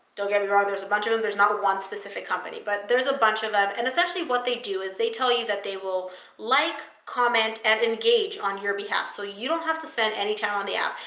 don't get me and wrong. there's a bunch of them. there's not one specific company, but there's a bunch of them. and essentially, what they do is they tell you that they will like, comment, and engage on your behalf so you don't have to spend any time on the app.